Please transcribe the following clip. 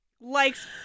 likes